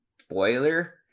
spoiler